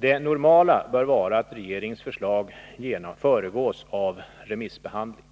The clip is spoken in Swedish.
Det normala bör vara att regeringens förslag föregås av remissbehandling.